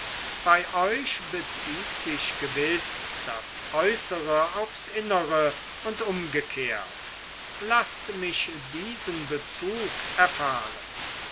bei euch bezieht sich gewiß das äußere auf das innere und umgekehrt laßt mich diesen bezug erfahren